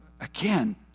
again